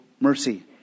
mercy